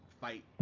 fight